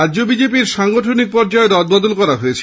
রাজ্য বিজেপির সাংগঠনিক পর্যায়ে রদবদল করা হয়েছে